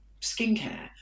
skincare